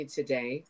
today